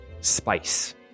spice